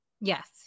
Yes